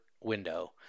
window